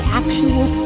actual